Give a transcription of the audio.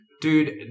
Dude